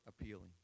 appealing